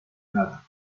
nada